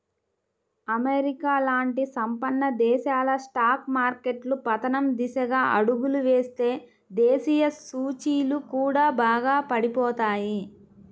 America లాంటి సంపన్న దేశాల స్టాక్ మార్కెట్లు పతనం దిశగా అడుగులు వేస్తే దేశీయ సూచీలు కూడా బాగా పడిపోతాయి